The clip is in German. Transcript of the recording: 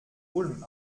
ulm